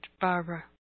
Barbara